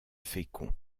fécond